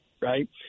Right